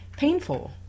painful